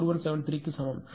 004173 அதற்கு சமம்